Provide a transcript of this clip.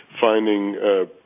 finding –